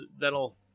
that'll